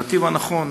הנתיב הנכון,